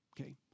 Okay